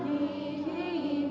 see